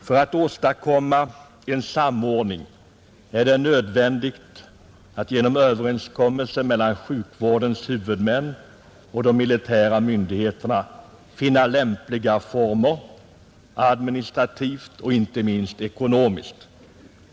För att åstadkomma en samordning är det nödvändigt att genom överenskommelse mellan sjukvårdens huvudmän och de militära myndigheterna finna lämpliga former härför, administrativt och inte minst ekonomiskt.